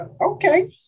Okay